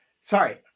sorry